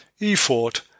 EFORT